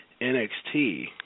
NXT